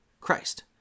christ